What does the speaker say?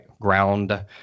ground